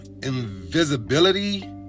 invisibility